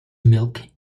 milk